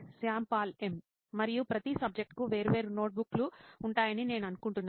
శ్యామ్ పాల్ ఎం మరియు ప్రతి సబ్జెక్టుకు వేర్వేరు నోట్బుక్లు ఉంటాయని నేను అనుకుంటున్నాను